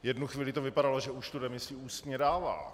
V jednu chvíli to vypadalo, že už tu demisi ústně dává.